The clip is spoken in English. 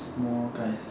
more games